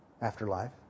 afterlife